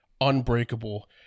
unbreakable